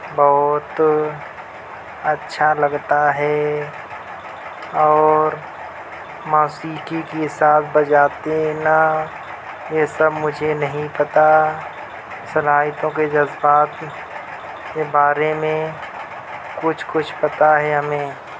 بہت اچھا لگتا ہے اور موسیقی کی ساز بجاتے نا یہ سب مجھے نہیں پتہ صلاحیتوں کے جذبات کے بارے میں کچھ کچھ پتہ ہے ہمیں